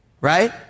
Right